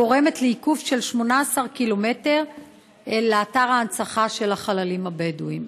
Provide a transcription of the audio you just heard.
הגורמת לעיקוף של 18 ק"מ לאתר ההנצחה של החללים הבדואים?